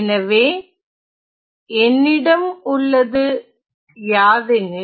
எனவே என்னிடம் உள்ளது யாதெனில்